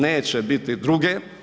Neće biti druge.